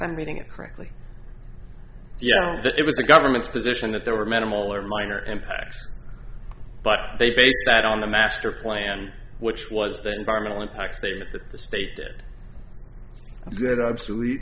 i'm reading it correctly that it was the government's position that there were medical or minor impacts but they base that on the master plan which was the environmental impact statement that the state did good obsolete